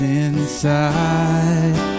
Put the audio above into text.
inside